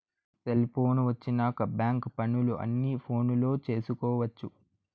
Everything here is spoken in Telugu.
సెలిపోను వచ్చినాక బ్యాంక్ పనులు అన్ని ఫోనులో చేసుకొవచ్చు